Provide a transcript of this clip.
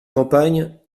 campagne